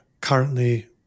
currently